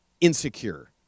insecure